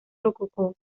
rococó